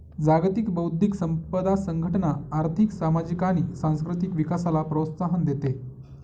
जागतिक बौद्धिक संपदा संघटना आर्थिक, सामाजिक आणि सांस्कृतिक विकासाला प्रोत्साहन देते